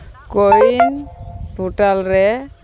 CoWIN portal ᱨᱮ